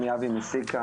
שמי אבי מסיקה.